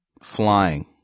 Flying